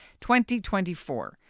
2024